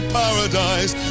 paradise